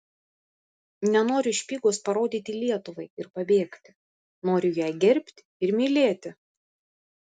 nenoriu špygos parodyti lietuvai ir pabėgti noriu ją gerbti ir mylėti